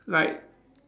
like